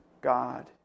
God